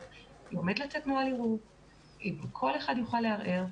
עומד לצאת נוהל ערעור וכל אחד יוכל לערער.